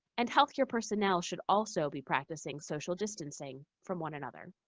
and healthcare personnel should also be practicing social distancing from one another.